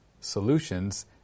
solutions